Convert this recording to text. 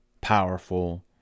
powerful